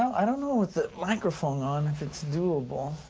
i don't know with the microphone on if it's doable.